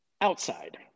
outside